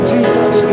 Jesus